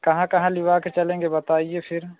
कहाँ कहाँ लिवा कर चलेंगे बताइए फिर